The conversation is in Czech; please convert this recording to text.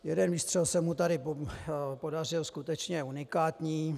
Jeden výstřel se mu tady podařil skutečně unikátní.